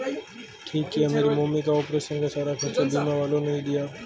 ठीक किया मेरी मम्मी का ऑपरेशन का सारा खर्चा बीमा वालों ने ही दिया